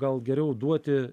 gal geriau duoti